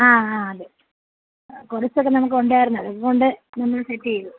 ആ ആ അതെ കുറേ സ്ഥലം നമുക്ക് ഉണ്ടായിരുന്നു അതുകൊണ്ട് നമ്മൾ സെറ്റ് ചെയ്തു